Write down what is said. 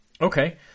okay